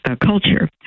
culture